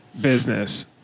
business